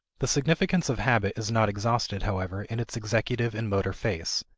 the significance of habit is not exhausted, however, in its executive and motor phase.